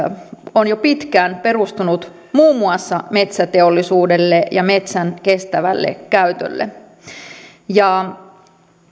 on jo pitkään perustunut muun muassa metsäteollisuudelle ja metsän kestävälle käytölle